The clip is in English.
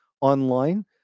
online